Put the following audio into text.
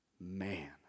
Man